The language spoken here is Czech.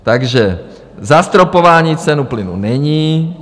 Takže zastropování ceny plynu není.